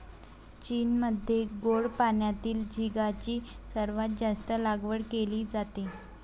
चीनमध्ये गोड पाण्यातील झिगाची सर्वात जास्त लागवड केली जाते